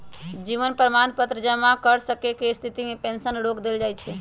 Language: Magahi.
जीवन प्रमाण पत्र जमा न कर सक्केँ के स्थिति में पेंशन रोक देल जाइ छइ